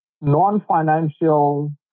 non-financial